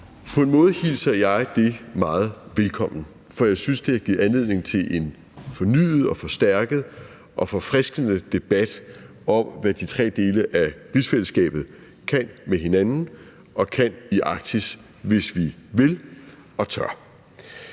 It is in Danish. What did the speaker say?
På en måde hilser jeg det meget velkommen, for jeg synes, det giver anledning til en fornyet og forstærket og forfriskende debat om, hvad de tre dele af rigsfællesskabet kan med hinanden og kan i Arktis, hvis vi vil og tør.